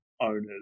owners